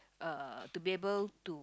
uh to be able to